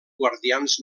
guardians